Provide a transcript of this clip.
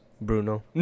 Bruno